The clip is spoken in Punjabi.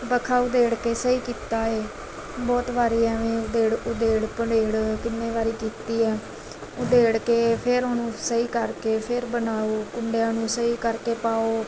ਬਖਾ ਉਧੇੜ ਕੇ ਸਹੀ ਕੀਤਾ ਏ ਬਹੁਤ ਵਾਰੀ ਐਵੇਂ ਉਧੇੜ ਉਧੇੜ ਭੁਦੇੜ ਕਿੰਨੇ ਵਾਰੀ ਕੀਤੀ ਆ ਉਧੇੜ ਕੇ ਫਿਰ ਉਹਨੂੰ ਸਹੀ ਕਰਕੇ ਫਿਰ ਬਣਾਓ ਕੁੰਡਿਆਂ ਨੂੰ ਸਹੀ ਕਰਕੇ ਪਾਓ